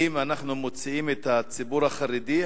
ואם אנחנו מוציאים את הציבור החרדי,